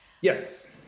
Yes